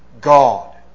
God